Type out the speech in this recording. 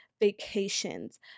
vacations